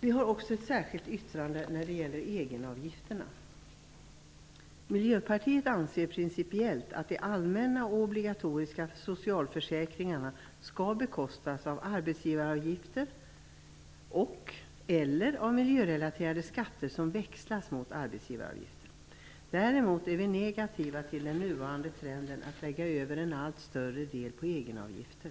Vi har också ett särskilt yttrande när det gäller egenavgifterna. Miljöpartiet anser principiellt att de allmänna och obligatoriska socialförsäkringarna skall bekostas av arbetsgivaravgifter och-eller av miljörelaterade skatter som växlas mot arbetsgivaravgifter. Däremot är vi negativa till den nuvarande trenden att lägga över en allt större del på egenavgifter.